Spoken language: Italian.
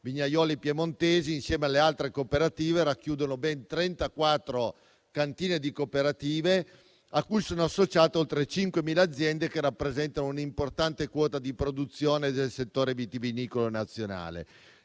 vignaioli piemontesi, insieme alle altre cooperative, rappresentano ben 34 cantine di cooperative a cui sono associate oltre 5.000 aziende che rappresentano un'importante quota di produzione del settore vitivinicolo nazionale.